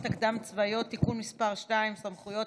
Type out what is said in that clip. הקדם-צבאיות (תיקון מס' 2) (סמכויות),